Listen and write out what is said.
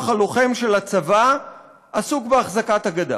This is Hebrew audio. הלוחם של הצבא עסוקים באחזקת הגדה.